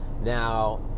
Now